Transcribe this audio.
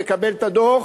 מקבל את הדוח